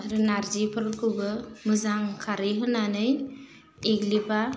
आरो नारजिफोरखौबो मोजां खारै होनानै एरग्लिबा